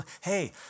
hey